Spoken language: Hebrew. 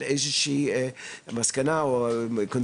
בכל אופן, מתגבשת איזו שהיא מסקנה או קונצנזוס.